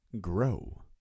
grow